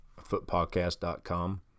footpodcast.com